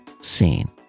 scene